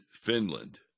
Finland